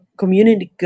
community